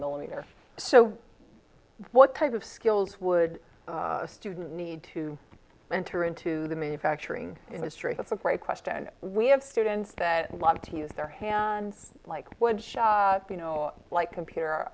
millimeter so what type of skills would a student need to enter into the manufacturing industry has a great question we have students that love to use their hands like what shah you know like computer